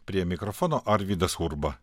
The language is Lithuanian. prie mikrofono arvydas urba